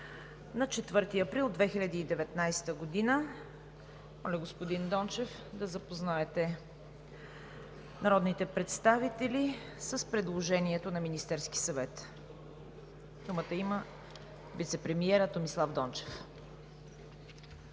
на 4 април 2019 г. Моля, господин Дончев, да запознаете народните представители с предложението на Министерския съвет. Думата има вицепремиерът Томислав Дончев.